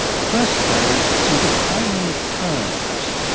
first though, some defining of terms.